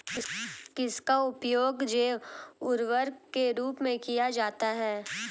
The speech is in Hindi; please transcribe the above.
किसका उपयोग जैव उर्वरक के रूप में किया जाता है?